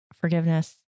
Forgiveness